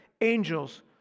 angels